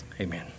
amen